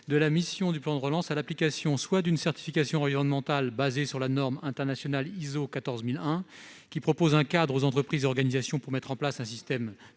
de la mission « Plan de relance » à l'application, soit d'une certification environnementale basée sur la norme internationale ISO 14 001 qui propose un cadre aux entreprises et organisations pour mettre en place un système